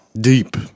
Deep